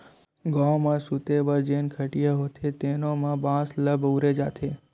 गाँव म सूते बर जेन खटिया होथे तेनो म बांस ल बउरे जाथे